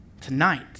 Tonight